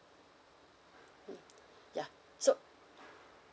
hmm ya so